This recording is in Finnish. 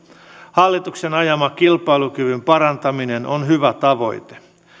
hallituksen ajama kilpailukyvyn parantaminen on hyvä tavoite